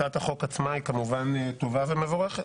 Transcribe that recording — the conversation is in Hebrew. הצעת החוק עצמה היא כמובן טובה ומבורכת,